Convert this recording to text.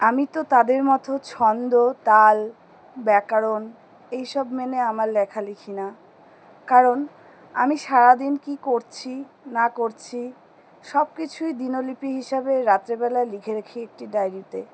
আমি তো তাদের মতো ছন্দ তাল ব্যাকরণ এইসব মেনে আমার লেখা লিখি না কারণ আমি সারাদিন কী করছি না করছি সব কিছুই দিনলিপি হিসাবে রাত্রিবেলায় লিখে রেখি একটি ডায়েরিতে